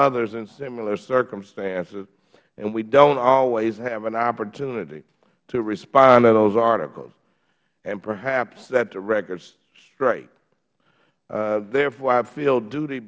others in similar circumstances and we don't always have an opportunity to respond to those articles and perhaps set the record straight therefore i feel duty